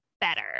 better